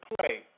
play